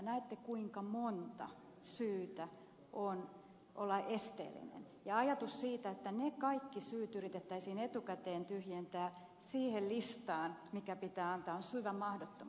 näette kuinka monta syytä on olla esteellinen ja ajatus siitä että ne kaikki syyt yritettäisiin etukäteen tyhjentää siihen listaan mikä pitää antaa on syvä mahdottomuus